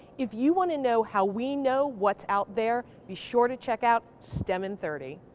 if you wanna know how we know what's out there, be sure to check out stem in thirty.